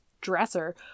dresser